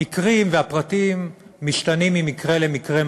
המקרים, הפרטים משתנים ממקרה למקרה.